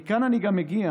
מכאן אני גם מגיע